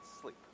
sleep